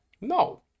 no